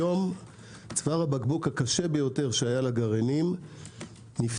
היום צוואר הבקבוק הקשה ביותר שהיה לגרעינים - נפתר.